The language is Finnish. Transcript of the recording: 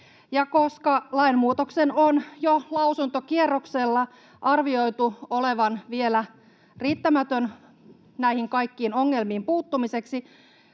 koska lainmuutoksen on jo lausuntokierroksella arvioitu olevan vielä riittämätön näihin kaikkiin ongelmiin puuttumiseksi,